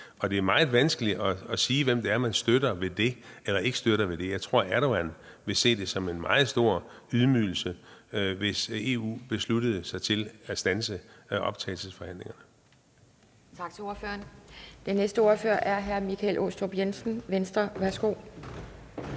Det er meget vanskeligt at sige, hvem det er man støtter ved det, eller hvem man ikke støtter ved det. Jeg tror, at Erdogan ville se det som en meget stor ydmygelse, hvis EU besluttede sig for at standse optagelsesforhandlingerne. Kl. 13:33 Formanden (Pia Kjærsgaard): Tak til ordføreren. Den næste ordfører er hr. Michael Aastrup Jensen, Venstre. Værsgo.